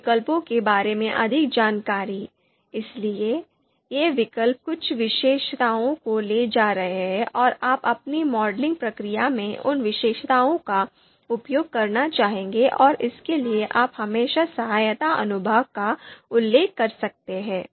इन विकल्पों के बारे में अधिक जानकारी इसलिए ये विकल्प कुछ विशेषताओं को ले जा रहे हैं और आप अपनी मॉडलिंग प्रक्रिया में उन विशेषताओं का उपयोग करना चाहेंगे और इसके लिए आप हमेशा सहायता अनुभाग का उल्लेख कर सकते हैं